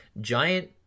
giant